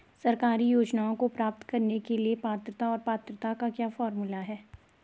सरकारी योजनाओं को प्राप्त करने के लिए पात्रता और पात्रता का क्या फार्मूला है?